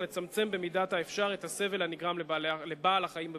לצמצם במידת האפשר את הסבל הנגרם לבעל-החיים בבידוד.